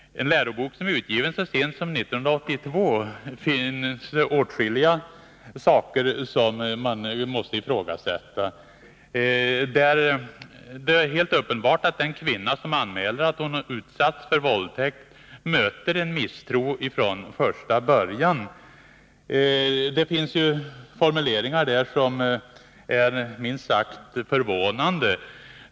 Läroboken är utgiven så sent som 1982, men där finns åtskilligt som man måste ifrågasätta. Det är helt uppenbart att en kvinna som anmäler att hon utsatts för våldtäkt möter en misstro från första början, och i läroboken finns formuleringar som är minst sagt förvånande.